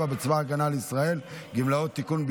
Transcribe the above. בצבא ההגנה לישראל (גמלאות) (תיקון,